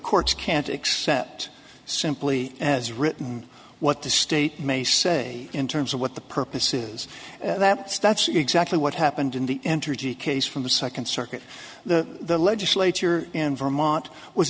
courts can't except simply as written what the state may say in terms of what the purpose is that starts exactly what happened in the entergy case from the second circuit the legislature in vermont was